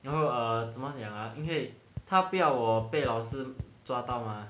然后 err 怎么讲啊他不要我被老师抓到 mah